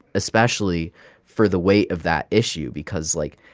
especially for the weight of that issue because, like,